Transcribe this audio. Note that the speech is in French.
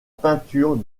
peinture